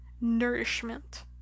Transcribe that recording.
nourishment